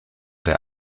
der